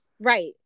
Right